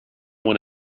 one